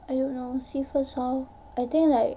I don't know see first uh I think like